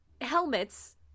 helmets